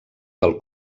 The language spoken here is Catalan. del